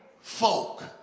folk